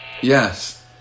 Yes